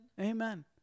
Amen